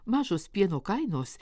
mažos pieno kainos